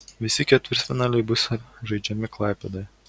visi ketvirtfinaliai bus žaidžiami klaipėdoje